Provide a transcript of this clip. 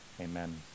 amen